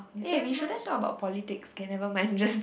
eh we shouldn't talk about politics okay never mind just